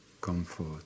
comfort